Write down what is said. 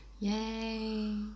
Yay